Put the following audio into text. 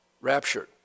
raptured